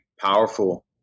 powerful